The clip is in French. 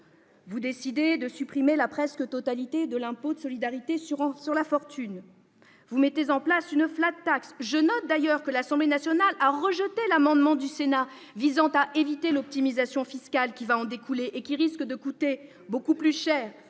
vous décidez de supprimer la presque totalité de l'impôt de solidarité sur la fortune, et de mettre en place une pour les revenus du capital ; je note d'ailleurs que l'Assemblée nationale a rejeté l'amendement du Sénat visant à éviter l'optimisation fiscale qui en découlera et qui risque de coûter beaucoup plus cher